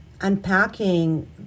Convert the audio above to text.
unpacking